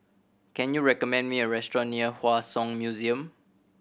can you recommend me a restaurant near Hua Song Museum